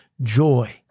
joy